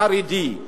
חרדי,